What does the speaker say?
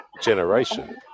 generation